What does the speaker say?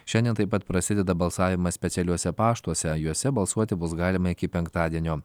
šiandien taip pat prasideda balsavimas specialiuose paštuose juose balsuoti bus galima iki penktadienio